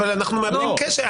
אבל אנחנו מאבדים קשב.